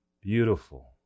beautiful